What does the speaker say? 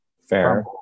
fair